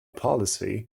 policy